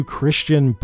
Christian